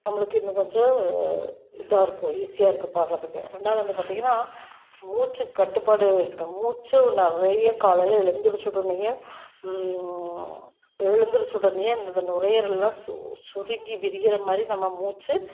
நம்மளுக்கு இன்னும் கொஞ்சம் இதாக இருக்கும் ஈஸியாக இருக்கும் பாடுகிறதுக்கு ரெண்டாவது வந்து பார்த்திங்கன்னா மூச்சுக்கட்டுப்பாடு இருக்கணும் மூச்சு நிறைய காலையில எழுந்திருச்சவுடனேயே எழுந்திருச்சவுடனேயே இந்த நுரையீரல்லாம் சு சுருங்கி விரிகிறமாதிரி நம்ம மூச்சு